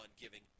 giving